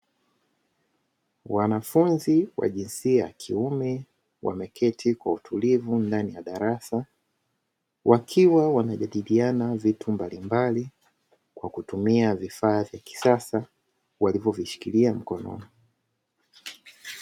Wanafunzi wa jinsia ya kiume wameketi kwa utulivu ndani ya darasa, wakiwa wanajadiliana vitu mbalimbali kwa kutumia vifaa vya kisasa walivyovishikilia mkononi.